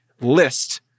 list